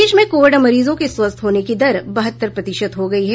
प्रदेश में कोविड मरीजों के स्वस्थ होने की दर बहत्तर प्रतिशत हो गई है